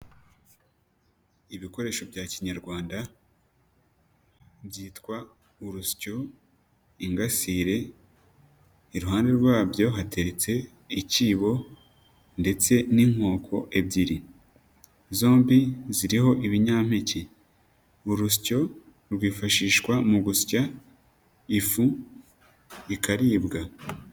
ibikoresho bya kinyarwanda byitwa urusyo, ingasire, iruhande rwabyo hateretse ikibo ndetse n'inkoko ebyiri, zombi ziriho ibinyampeke urusyo rwifashishwa mu gusya ifu ikaribwa.